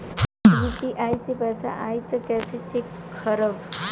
UPI से पैसा आई त कइसे चेक खरब?